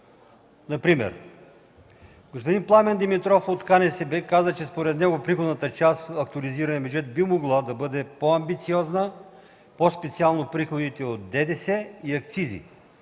например. Пламен Димитров от КНСБ каза, че според него приходната част в актуализирания бюджет би могла да бъде по-амбициозна и по-специално приходите от ДДС и акцизи.